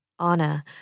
Anna